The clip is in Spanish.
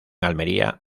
almería